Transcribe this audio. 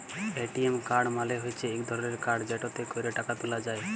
ATM card মালে হচ্যে ইক ধরলের কাড় যেটতে ক্যরে টাকা ত্যুলা যায়